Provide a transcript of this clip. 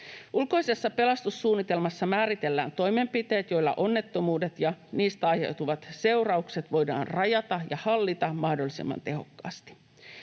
Ulkoisessa pelastussuunnitelmassa määritellään toimenpiteet, joilla onnettomuudet ja niistä aiheutuvat seuraukset voidaan rajata ja hallita mahdollisimman tehokkaasti.